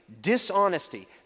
Dishonesty